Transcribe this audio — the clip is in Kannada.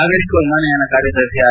ನಾಗರಿಕ ವಿಮಾನಯಾನ ಕಾರ್ಯದರ್ಶಿ ಆರ್